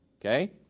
okay